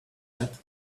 that